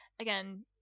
Again